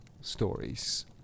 stories